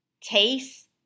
taste